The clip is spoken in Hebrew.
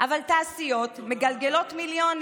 אבל תעשיות מגלגלות מיליונים.